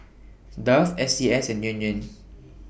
Dove S C S and Yan Yan